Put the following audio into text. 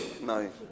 No